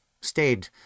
stayed